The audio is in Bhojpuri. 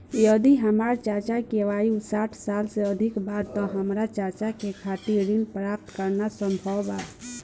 यदि हमार चाचा के आयु साठ वर्ष से अधिक बा त का हमार चाचा के खातिर ऋण प्राप्त करना संभव बा?